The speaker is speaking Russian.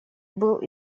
был